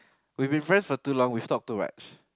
we've been friends for too long we stalk too much